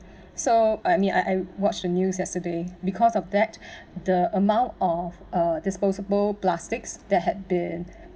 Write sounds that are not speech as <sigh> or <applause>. so I mean I I watch the news yesterday because of that <breath> the amount of uh disposable plastics that had been